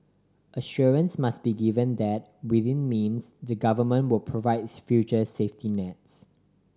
assurance must be given that within means the Government will provides future safety nets